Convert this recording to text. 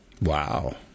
Wow